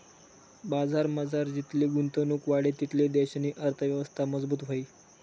बजारमझार जितली गुंतवणुक वाढी तितली देशनी अर्थयवस्था मजबूत व्हयी